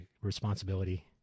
responsibility